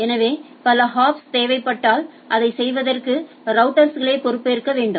எனவே பல ஹாப்ஸ் தேவைப்பட்டால் அதை செய்வதற்கு ரௌட்டர்ஸ்களே பொறுப்பேற்க வேண்டும்